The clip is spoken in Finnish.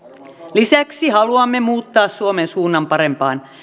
lisäksi haluamme muuttaa suomen suunnan parempaan